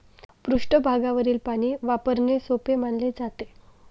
पृष्ठभागावरील पाणी वापरणे सोपे मानले जाते